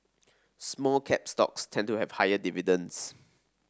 small cap stocks tend to have higher dividends